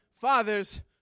father's